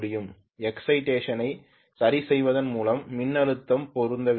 excitation ஐ சரிசெய்வதன் மூலம் மின்னழுத்தம் பொருந்த வேண்டும்